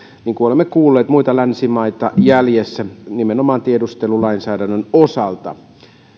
niin kuin olemme kuulleet muita länsimaita jäljessä nimenomaan tiedustelulainsäädännön osalta